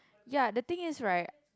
ya the thing is right